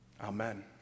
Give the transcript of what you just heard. Amen